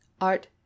art